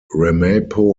ramapo